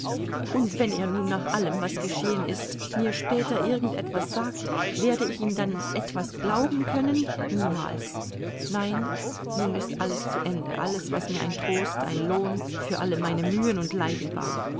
und wenn er nun nach allem was geschehen ist mir später irgend etwas sagt werde ich ihm dann etwas glauben können niemals nein nun ist alles zu ende alles was mir ein trost ein lohn für alle meine mühen und leiden war